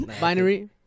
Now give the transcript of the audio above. Binary